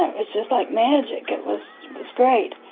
it was just like magic, it was was great.